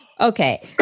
Okay